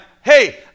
hey